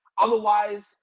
Otherwise